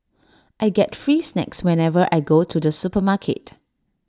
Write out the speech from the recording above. I get free snacks whenever I go to the supermarket